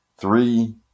three